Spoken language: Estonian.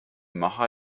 maha